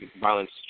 violence